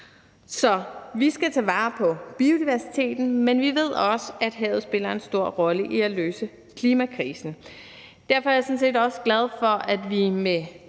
Så vi skal tage vare på biodiversiteten, men vi ved også, at havet spiller en stor rolle i at løse klimakrisen. Derfor er jeg sådan set også glad for, at vi med